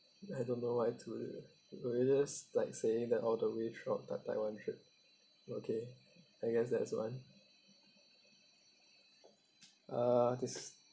I don't know why we were just like saying that all the way throughout the taiwan trip okay I guess that's one uh this